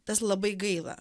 tas labai gaila